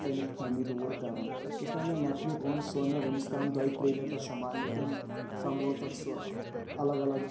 تَمِچ خٲمی دوٗر کَران یُس وۄنۍ مےٚ مٮ۪کنِک اوٚن سُہ اوٚن مےٚ وٕنیُک تام دوٚیہِ ترٛیِہ لَٹہِ تتھ سنبھالنہِ تٔمۍ سنبھول تَتھ سُہ الگ الگ